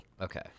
Okay